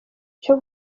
cyo